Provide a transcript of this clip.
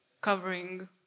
covering